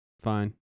fine